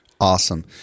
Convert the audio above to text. Awesome